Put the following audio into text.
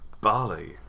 Bali